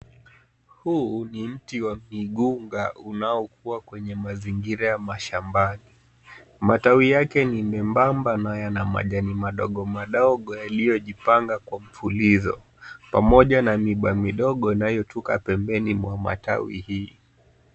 Huu ni mti wa migunga uanokua kwenye mazingira ya mashambani. Matawi yake ni mebamba na yana majani madogo madogo yaliyojipanga kwa mfulizo pamoja na miba midogo inayotuka pembeni mwa matawi hii.